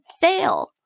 fail